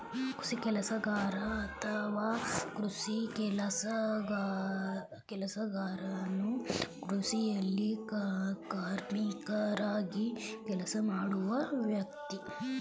ಕೃಷಿ ಕೆಲಸಗಾರ ಅಥವಾ ಕೃಷಿ ಕೆಲಸಗಾರನು ಕೃಷಿಯಲ್ಲಿ ಕಾರ್ಮಿಕರಾಗಿ ಕೆಲಸ ಮಾಡುವ ವ್ಯಕ್ತಿ